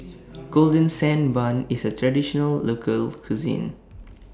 Golden Sand Bun IS A Traditional Local Cuisine